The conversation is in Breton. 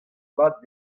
mat